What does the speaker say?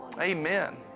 Amen